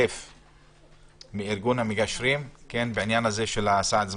ארגון המגשרים, בעניין הסעד הזמני.